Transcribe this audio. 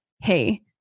Hey